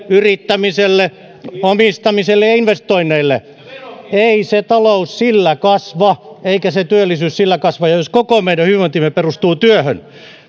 yrittämiselle omistamiselle ja investoinneille ei se talous sillä kasva eikä se työllisyys sillä kasva jos koko meidän hyvinvointimme perustuu työhön